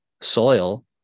soil